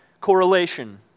correlation